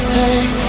take